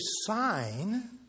sign